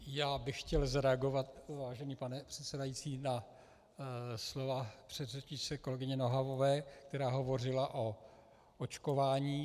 Já bych chtěl zareagovat, vážený pane předsedající, na slova předřečnice, kolegyně Nohavové, která hovořila o očkování.